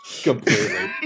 Completely